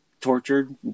tortured